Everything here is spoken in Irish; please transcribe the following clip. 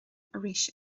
arís